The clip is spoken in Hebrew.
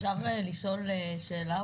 אפשר לשאול אותו שאלה?